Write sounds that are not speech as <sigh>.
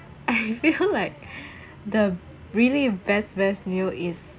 <laughs> I feel like the really best best meal is